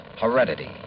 heredity